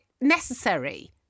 necessary